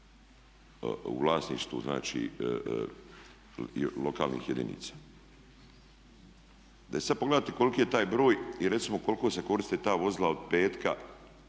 u vlasništvu znači lokalnih jedinica. Da je sad pogledati koliki je taj broj i recimo koliko se koriste ta vozila od petka